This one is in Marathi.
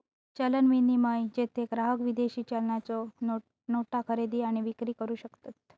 चलन विनिमय, जेथे ग्राहक विदेशी चलनाच्यो नोटा खरेदी आणि विक्री करू शकतत